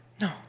No